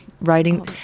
writing